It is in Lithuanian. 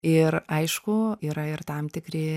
ir aišku yra ir tam tikri